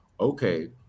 Okay